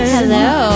Hello